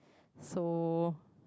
so